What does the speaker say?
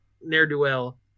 ne'er-do-well